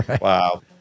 Wow